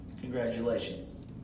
Congratulations